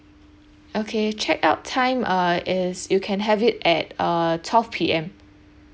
okay check out time uh is you can have it at uh twelve P_M